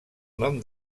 nom